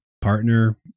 partner